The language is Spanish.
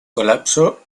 colapso